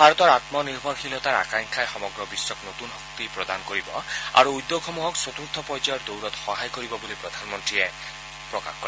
ভাৰতৰ আম্ম নিৰ্ভৰশীলতাৰ আকাংক্ষাই সমগ্ৰ বিধ্বক নতুন শক্তি প্ৰদান কৰিব আৰু উদ্যোগসমূহক চতুৰ্থ পৰ্যায়ৰ দৌৰত সহায় কৰিব বুলি প্ৰধানমন্ৰীয়ে প্ৰকাশ কৰে